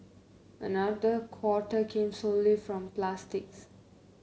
another quarter came solely from plastics